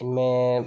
इनमें